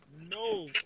No